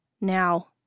Now